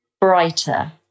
brighter